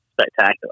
spectacular